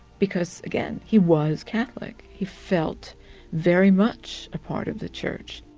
because again he was catholic. he felt very much a part of the church.